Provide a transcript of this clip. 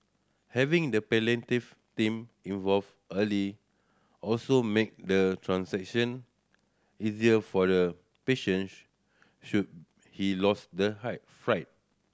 having the palliative team involved early also make the transition easier for the patient should he lose the height fright